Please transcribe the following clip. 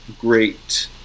great